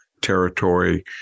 territory